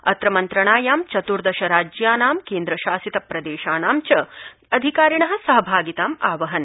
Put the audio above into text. अत्र मन्द्रणायां चत्दश राज्यानां केन्द्रप्रशासितप्रदेशानां च अधिकारिणः सहभागितां आवहन्